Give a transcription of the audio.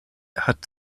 hat